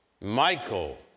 Michael